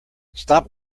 stop